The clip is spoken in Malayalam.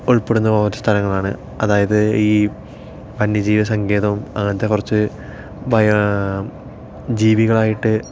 ഉള്പ്പെടുന്ന ഓരോ സ്ഥലങ്ങളാണ് അതായത് ഈ വന്യജീവി സങ്കേതം അങ്ങനത്തെ കുറച്ച് ബയാ ജീവികളായിട്ട്